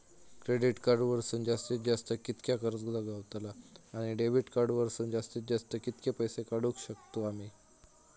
Credit card वरसून जास्तीत जास्त कितक्या कर्ज गावता, आणि डेबिट कार्ड वरसून जास्तीत जास्त कितके पैसे काढुक शकतू आम्ही?